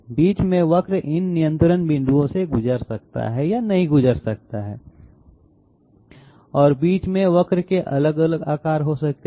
बीच में वक्र इन नियंत्रण बिंदुओं से गुजर सकता है या नहीं गुजर सकता है और बीच में वक्र के अलग अलग आकार हो सकते हैं